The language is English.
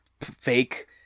fake